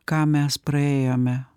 ką mes praėjome